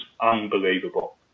unbelievable